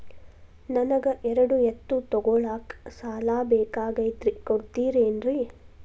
ನನಗ ಎರಡು ಎತ್ತು ತಗೋಳಾಕ್ ಸಾಲಾ ಬೇಕಾಗೈತ್ರಿ ಕೊಡ್ತಿರೇನ್ರಿ?